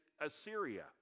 Assyria